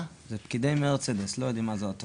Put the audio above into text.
זה פקידי מרצדס, לא יודעים מה זה אוטובוס.